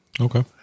Okay